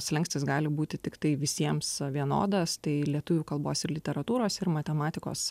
slenkstis gali būti tiktai visiems vienodas tai lietuvių kalbos ir literatūros ir matematikos